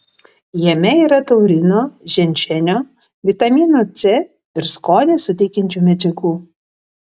jame yra taurino ženšenio vitamino c ir skonį suteikiančių medžiagų